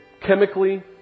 chemically